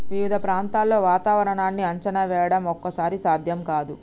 వివిధ ప్రాంతాల్లో వాతావరణాన్ని అంచనా వేయడం ఒక్కోసారి సాధ్యం కాదు